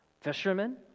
Fishermen